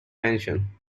pension